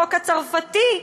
החוק הצרפתי,